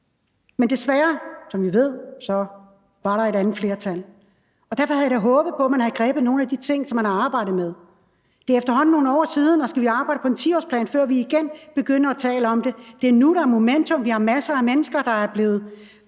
Men, desværre, som vi ved, var der et andet flertal. Derfor havde jeg da håbet på, at man havde grebet nogle af de ting, som vi har arbejdet med. Det er efterhånden nogle år siden, og skal vi arbejde på en 10-årsplan, før vi igen begynder at tale om det? Det er nu, der er momentum. Vi har masser af mennesker, der er blevet